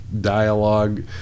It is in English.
dialogue